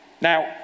Now